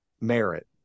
merit